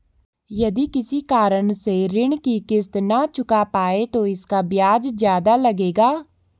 यदि किसी कारण से ऋण की किश्त न चुका पाये तो इसका ब्याज ज़्यादा लगेगा?